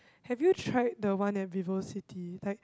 have you tried the one at VivoCity like